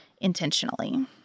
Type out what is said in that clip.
intentionally